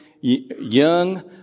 young